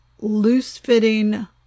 loose-fitting